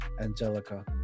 Angelica